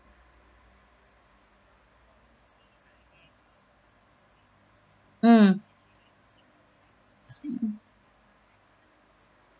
mm mm